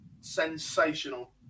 sensational